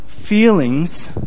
feelings